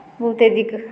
बहुते दिक्कत